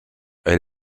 elle